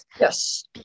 Yes